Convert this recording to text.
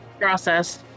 process